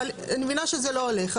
אבל אני מבינה שזה לא הולך.